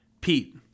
Pete